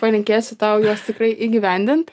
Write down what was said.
palinkėsiu tau juos tikrai įgyvendint